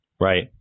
Right